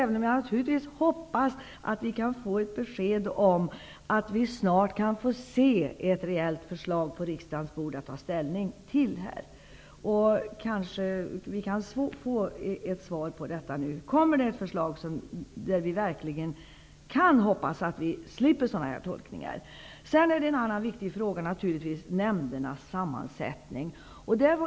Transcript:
Men jag hoppas naturligtvis på ett besked om att vi snart på riksdagens bord kan få ett reellt förslag till ändring att ta ställning till. Kanske vi kan få ett svar på detta nu: Kommer det ett förslag som gör att vi verkligen kan slippa sådana här tolkningar? En annan viktig fråga är naturligtvis nämndernas sammansättning.